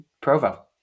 Provo